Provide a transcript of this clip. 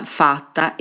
fatta